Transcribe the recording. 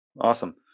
Awesome